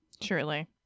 Surely